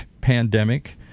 pandemic